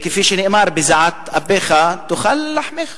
כפי שנאמר, בזיעת אפיך תאכל לחמך.